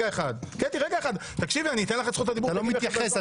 אתה לא מתייחס.